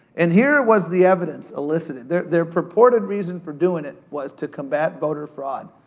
and here it was, the evidence elicited. their their purported reason for doin' it was to combat voter fraud,